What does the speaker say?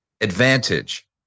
advantage